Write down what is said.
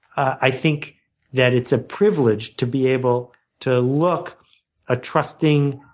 i think that it's a privilege to be able to look a trusting,